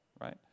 right